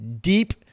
deep